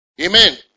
Amen